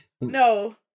No